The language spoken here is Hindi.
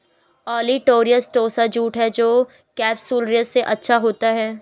ओलिटोरियस टोसा जूट है जो केपसुलरिस से अच्छा होता है